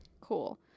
Cool